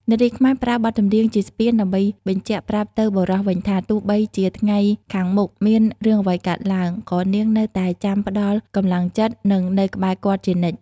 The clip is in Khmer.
នារីខ្មែរប្រើបទចម្រៀងជាស្ពានដើម្បីបញ្ជាក់ប្រាប់ទៅបុរសវិញថា ទោះបីជាថ្ងៃខាងមុខមានរឿងអ្វីកើតឡើង ក៏នាងនៅតែចាំផ្ដល់កម្លាំងចិត្ត និងនៅក្បែរគាត់ជានិច្ច។